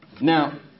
Now